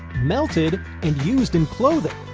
melted and used in clothing!